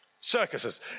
circuses